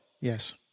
Yes